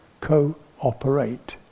co-operate